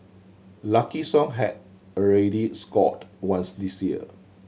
Lucky Song had already scored once this year